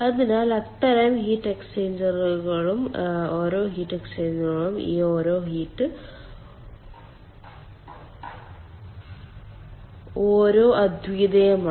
അതിനാൽ അത്തരം ഹീറ്റ് എക്സ്ചേഞ്ചറുകളും ഓരോ ഹീറ്റ് എക്സ്ചേഞ്ചറുകളും ഈ ഓരോ ഹീറ്റ് എക്സ്ചേഞ്ചറുകളും അദ്വിതീയമാണ്